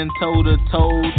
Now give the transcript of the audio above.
toe-to-toe